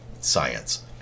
science